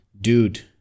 dude